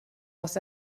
was